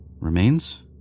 remains